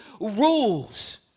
rules